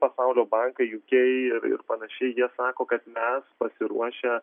pasaulio bankai ju kei ir ir panašiai jie sako kad mes pasiruošę